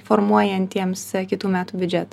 formuojantiems kitų metų biudžetą